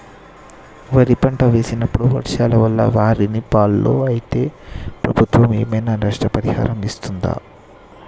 వరి పంట వేసినప్పుడు వర్షాల వల్ల వారిని ఫాలో అయితే ప్రభుత్వం ఏమైనా నష్టపరిహారం ఇస్తదా?